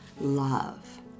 love